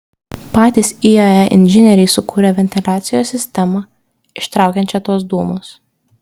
patys iae inžinieriai sukūrė ventiliacijos sistemą ištraukiančią tuos dūmus